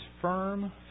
firm